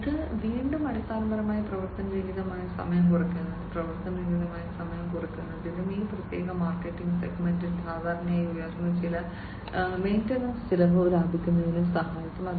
ഇത് വീണ്ടും അടിസ്ഥാനപരമായി പ്രവർത്തനരഹിതമായ സമയം കുറയ്ക്കുന്നതിനും ഈ പ്രത്യേക മാർക്കറ്റ് സെഗ്മെന്റിൽ സാധാരണയായി ഉയർന്ന ചില മെയിന്റനൻസ് ചിലവ് ലാഭിക്കുന്നതിനും സഹായിക്കും